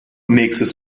nächstes